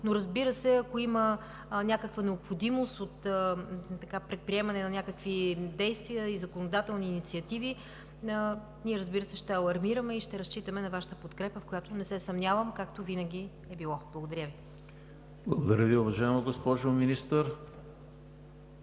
Но, разбира се, ако има някаква необходимост от предприемане на някакви действия и законодателни инициативи, ние ще алармираме и ще разчитаме на Вашата подкрепа, в която не се съмнявам, както винаги е било. Благодаря Ви. ПРЕДСЕДАТЕЛ ЕМИЛ ХРИСТОВ: Благодаря